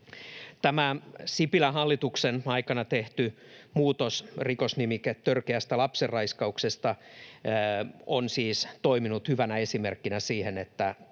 Tämä Sipilän hallituksen aikana tehty muutos, rikosnimike törkeästä lapsenraiskauksesta, on siis toiminut hyvänä esimerkkinä siinä, että